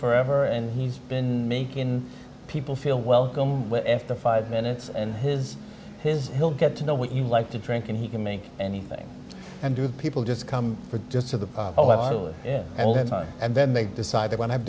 forever and he's been making people feel welcome after five minutes and his his will get to know what you like to drink and he can make anything and do people just come from just to the bottle and in time and then they decide they want to have